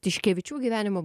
tiškevičių gyvenimo